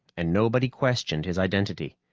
and nobody questioned his identity.